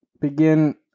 begin